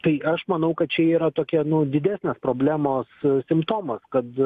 tai aš manau kad čia yra tokia nu didesnės problemos simptomas kad